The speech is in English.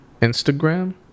instagram